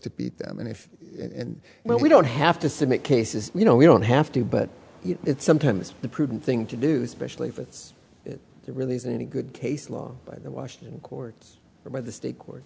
to beat them and if and when we don't have to submit cases you know we don't have to but it's sometimes the prudent thing to do specially if it's there really isn't any good case law by the washington courts or by the state court